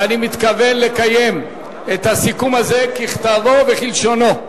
ואני מתכוון לקיים את הסיכום הזה ככתבו וכלשונו.